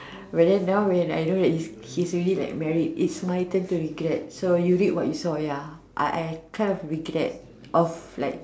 but then now when I know that he is he's already like married it's my turn to regret so you reap what you sow ya I I kind of regret of like